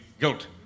guilt